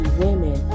women